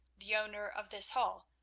the owner of this hall,